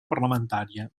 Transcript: parlamentària